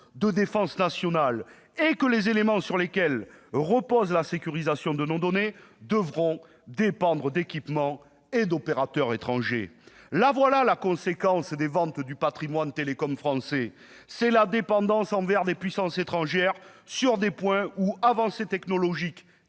de défense nationale, et que les éléments sur lesquels repose la sécurisation de nos données devront dépendre d'équipements et d'opérateurs étrangers. La voici, la conséquence des ventes du patrimoine des télécoms français : c'est la dépendance de puissances étrangères sur des points où avancées technologiques